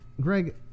Greg